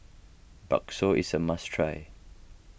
Bakso is a must try